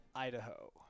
Idaho